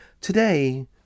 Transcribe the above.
Today